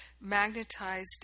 magnetized